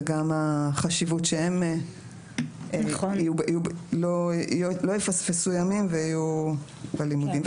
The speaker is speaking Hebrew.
וגם החשיבות שהם לא יפספסו ימים ויהיו בלימודים.